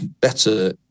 better